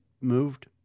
moved